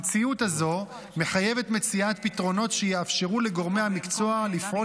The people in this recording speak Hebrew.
המציאות הזו מחייבת מציאת פתרונות שיאפשרו לגורמי המקצוע לפעול